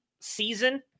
season